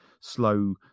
slow